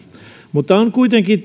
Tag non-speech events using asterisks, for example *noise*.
mutta on kuitenkin *unintelligible*